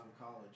college